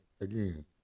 again